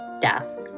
desk